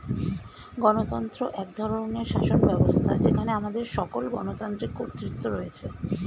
গণতন্ত্র এক ধরনের শাসনব্যবস্থা যেখানে আমাদের সকল গণতান্ত্রিক কর্তৃত্ব রয়েছে